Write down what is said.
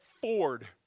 Ford